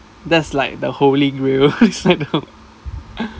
that's like the holy grail